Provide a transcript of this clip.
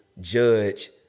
judge